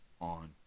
on